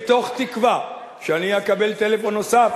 מתוך תקווה שאני אקבל טלפון נוסף,